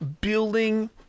building